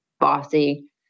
bossy